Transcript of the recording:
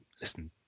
listen